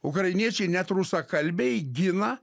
ukrainiečiai net rusakalbiai gina